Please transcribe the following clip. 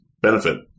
benefit